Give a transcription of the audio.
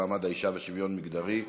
לוועדה לקידום מעמד האישה ושוויון מגדרי.